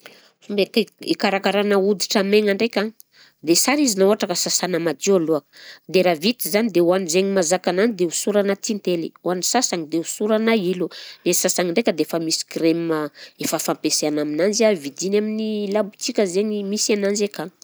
Fomba hike- hikarakarana hoditra maigna ndraika dia sara izy na ohatra ka sasana madio aloha, dia raha vita zany dia ho an'zaigny mahazaka anany dia hosorana tintely, ho an'ny sasany dia hosorana ilo, i sasany ndraika dia efa misy krema efa fampiasaina aminanzy a vidiny amin'ny labotika zegny misy ananjy akagny.